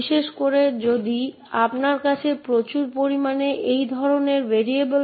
বিশেষ করে যদি আপনার এমন একটি ক্ষমতা থাকে যা একাধিক ফাইলের পরিষেবা দেওয়ার জন্য ব্যবহার করা হয়